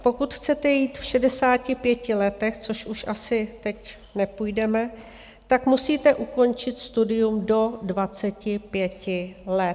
Pokud chcete jít v 65 letech, což už asi teď nepůjdeme, tak musíte ukončit studium do 25 let.